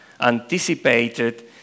anticipated